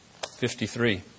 53